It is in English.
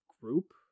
group